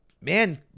man